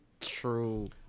true